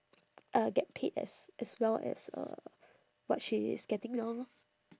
uh get paid as as well as uh what she is getting now lor